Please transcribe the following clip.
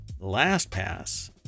LastPass